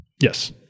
Yes